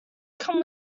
come